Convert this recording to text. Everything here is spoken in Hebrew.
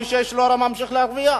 מי שיש לו, הרי ממשיך להרוויח,